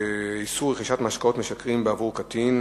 (איסור רכישת משקאות משכרים בעבור קטין),